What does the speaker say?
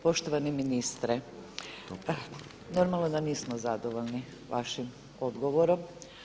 Poštovani ministre, normalno da nismo zadovoljni vašim odgovorom.